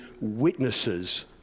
witnesses